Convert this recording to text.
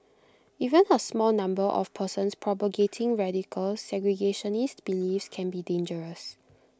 even A small number of persons propagating radical segregationist beliefs can be dangerous